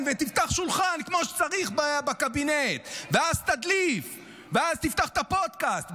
ותפתח שולחן כמו שצריך בקבינט ואז תדליף ואז תפתח את הפודקאסט,